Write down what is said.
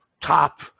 top